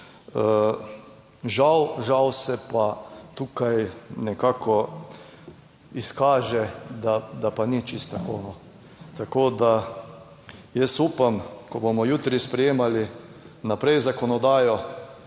Žal, žal se pa tukaj nekako izkaže, da pa ni čisto tako. Tako da, jaz upam, ko bomo jutri sprejemali naprej 80.